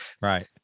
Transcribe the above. Right